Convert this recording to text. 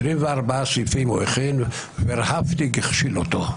24 סעיפים הוא הכין, וורהפטיג הכשיל אותו.